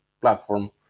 platform